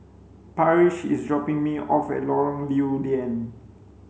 Parrish is dropping me off at Lorong Lew Lian